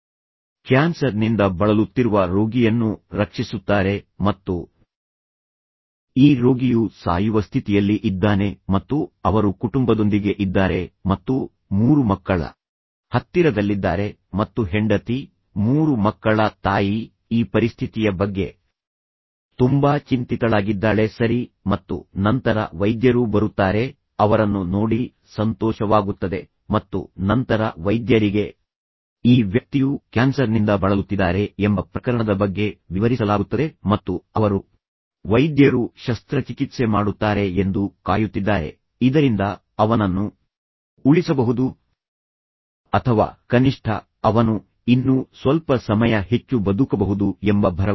ವೈದ್ಯರು ಬಂದು ಕ್ಯಾನ್ಸರ್ನಿಂದ ಬಳಲುತ್ತಿರುವ ರೋಗಿಯನ್ನು ರಕ್ಷಿಸುತ್ತಾರೆ ಮತ್ತು ಎಂಬ ಭರವಸೆ ಈ ರೋಗಿಯು ಸಾಯುವ ಸ್ಥಿತಿಯಲ್ಲಿ ಇದ್ದಾನೆ ಮತ್ತು ಅವರು ಕುಟುಂಬದೊಂದಿಗೆ ಇದ್ದಾರೆ ಮತ್ತು ಮೂರು ಮಕ್ಕಳ ಹತ್ತಿರದಲ್ಲಿದ್ದಾರೆ ಮತ್ತು ನಂತರ ಹೆಂಡತಿ ಮತ್ತು ಮೂರು ಮಕ್ಕಳ ತಾಯಿ ಈ ಪರಿಸ್ಥಿತಿಯ ಬಗ್ಗೆ ತುಂಬಾ ಚಿಂತಿತಳಾಗಿದ್ದಾಳೆ ಸರಿ ಮತ್ತು ನಂತರ ವೈದ್ಯರು ಬರುತ್ತಾರೆ ಅವರನ್ನು ನೋಡಿ ಸಂತೋಷವಾಗುತ್ತದೆ ಮತ್ತು ನಂತರ ವೈದ್ಯರಿಗೆ ಈ ವ್ಯಕ್ತಿಯು ಕ್ಯಾನ್ಸರ್ನಿಂದ ಬಳಲುತ್ತಿದ್ದಾರೆ ಎಂಬ ಪ್ರಕರಣದ ಬಗ್ಗೆ ವಿವರಿಸಲಾಗುತ್ತದೆ ಮತ್ತು ಅವರು ವೈದ್ಯರು ಯಾವುದೇ ರೀತಿಯ ಶಸ್ತ್ರಚಿಕಿತ್ಸೆ ಮಾಡುತ್ತಾರೆ ಎಂದು ಕಾಯುತ್ತಿದ್ದಾರೆ ಇದರಿಂದ ಅವನನ್ನು ಉಳಿಸಬಹುದು ಅಥವಾ ಕನಿಷ್ಠ ಅವನು ಇನ್ನೂ ಸ್ವಲ್ಪ ಸಮಯ ಬಿಟ್ಟು ಹೋಗಬಹುದು ಹೆಚ್ಚು ಬದುಕಬಹುದು ಎಂಬ ಭರವಸೆ